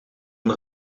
een